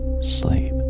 sleep